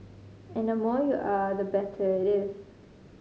and the more you are the better it is